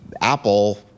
Apple